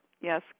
yes